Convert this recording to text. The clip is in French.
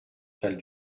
salle